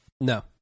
No